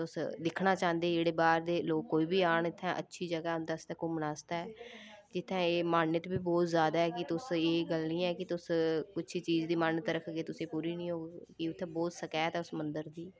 तुस दिक्खना चांह्दे जेह्ड़े बाह्र दे लोक कोई बी आन इत्थै अच्छी जगह् उं'दे आस्तै घूमने आस्तै इत्थें एह् मानत बोह्त बी ज्यादा ऐ तुस एह् गल्ल नीं ऐ कि तुस उच्ची चीज़ दी मानत रक्खगे तुसेंगी पूरी नीं होग उत्थै ओह् बोह्त सकैत ऐ उस मंदर दी